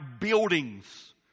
buildings